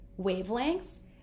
wavelengths